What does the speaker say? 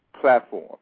platform